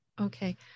Okay